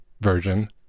version